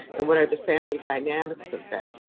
and what are the family dynamics of that.